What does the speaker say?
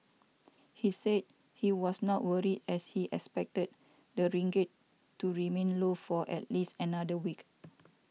he said he was not worried as he expected the ringgit to remain low for at least another week